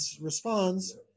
responds